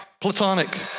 Platonic